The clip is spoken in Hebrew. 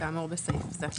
כאמור בסעיף זה.